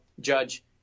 judge